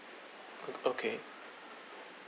okay